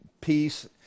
peace